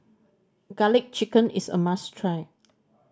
Garlic Chicken is a must try